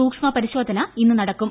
സൂക്ഷ്മ പരിശോധന ഇന്ന് നടക്കും